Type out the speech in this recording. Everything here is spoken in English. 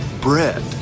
bread